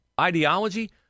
ideology